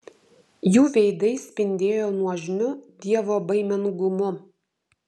jų veidai spindėjo nuožmiu dievobaimingumu